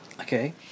Okay